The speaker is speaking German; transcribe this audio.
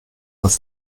aus